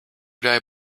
they